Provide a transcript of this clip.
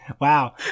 Wow